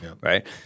right